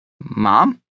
Mom